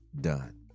done